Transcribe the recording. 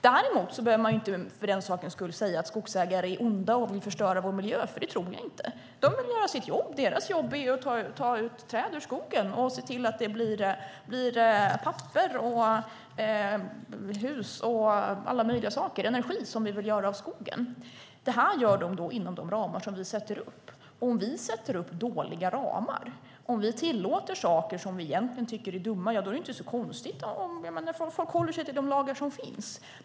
Däremot behöver man inte för den sakens skull säga att skogsägare är onda och vill förstöra vår miljö, för det tror jag inte. De vill göra sitt jobb. Deras jobb är att ta ut träd ur skogen och se till att det blir papper, hus, energi och alla möjliga saker som vi vill göra av skogen. Det här gör de då inom de ramar som vi sätter upp. Och om vi sätter upp dåliga ramar och om vi tillåter saker som vi egentligen tycker är dumma är det inte så konstigt om det blir så här. Jag menar folk håller sig till de lagar som finns.